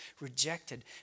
rejected